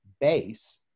base